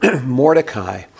Mordecai